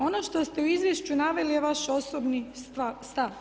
Ono što ste u izvješću naveli je vaš osobni stav.